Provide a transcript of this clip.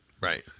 Right